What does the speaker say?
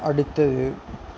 அடுத்தது